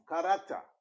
character